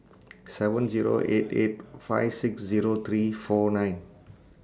seven Zero eight eight five six Zero three four nine